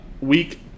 Week